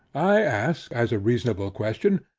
i ask, as a reasonable question,